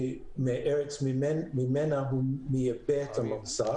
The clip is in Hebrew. הארץ ממנה הוא מייבא את המוצר,